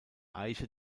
eiche